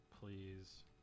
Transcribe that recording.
please